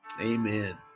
amen